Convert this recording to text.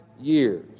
years